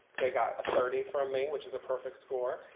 they got a thirty from me which is a perfect score.